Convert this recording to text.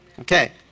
Okay